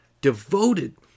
devoted